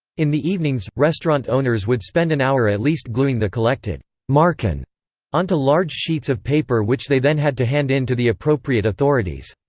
in the evenings, restaurant-owners would spend an hour at least gluing the collected marken onto large sheets of paper which they then had to hand in to the appropriate authorities.